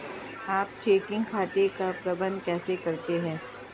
आप चेकिंग खाते का प्रबंधन कैसे करते हैं?